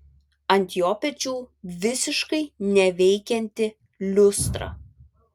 ant jo pečių visiškai neveikianti liustra